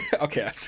Okay